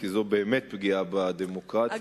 כי זו באמת פגיעה בדמוקרטיה.